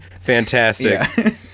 Fantastic